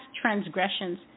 transgressions